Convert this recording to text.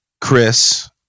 chris